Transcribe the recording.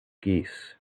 geese